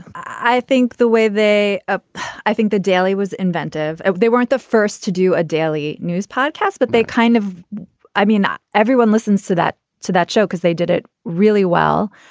i think the way they ah i think the daily was inventive. ah they weren't the first to do a daily news podcast, but they kind of i mean, not everyone listens to that to that show because they did it really well.